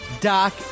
Doc